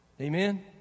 Amen